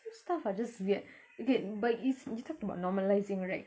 some stuff are just weird okay but it's you talked about normalizing right